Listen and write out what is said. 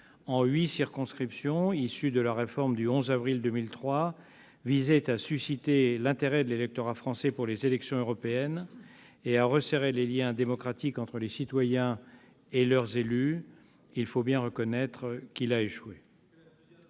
en huit circonscriptions issu de la réforme du 11 avril 2003 visait à susciter l'intérêt de l'électorat français pour les élections européennes et à resserrer les liens démocratiques entre les citoyens et leurs élus. Il faut bien reconnaître qu'il a échoué.